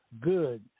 good